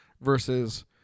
versus